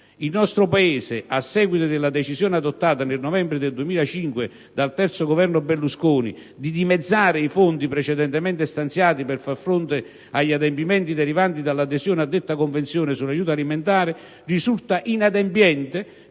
Il nostro Paese, a seguito della decisione - adottata nel novembre 2005 dal III Governo Berlusconi - di dimezzare i fondi precedentemente stanziati per far fronte agli adempimenti derivanti dalla adesione a detta Convenzione sull'aiuto alimentare, risulta inadempiente